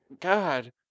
god